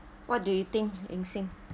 what do you think eng seng